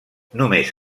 només